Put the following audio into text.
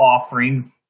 offering